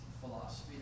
philosophy